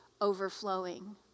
overflowing